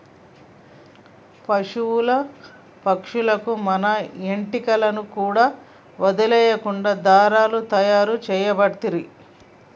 పశువుల పక్షుల కు వున్న ఏంటి కలను కూడా వదులకుండా దారాలు తాయారు చేయబడుతంటిరి